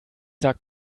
sag